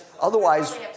Otherwise